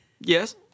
Yes